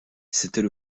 c’était